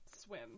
Swim